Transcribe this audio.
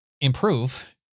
improve